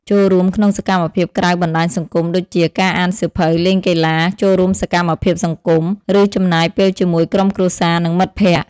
ចូលរួមក្នុងសកម្មភាពក្រៅបណ្តាញសង្គមដូចជាការអានសៀវភៅ លេងកីឡា ចូលរួមសកម្មភាពសង្គម ឬចំណាយពេលជាមួយក្រុមគ្រួសារ និងមិត្តភក្តិ។